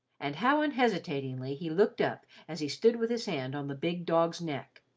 and how unhesitatingly he looked up as he stood with his hand on the big dog's neck.